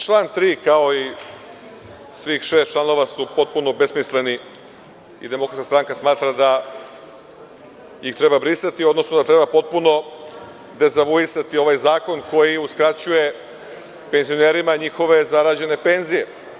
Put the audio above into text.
Član 3, kao i svih šest članova su potpuno besmisleni i DS smatra da ih treba brisati, odnosno da treba potpuno dezavuisati ovaj zakon koji uskraćuje penzionerima njihove zarađene penzije.